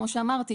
כמו שאמרתי,